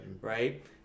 right